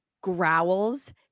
growls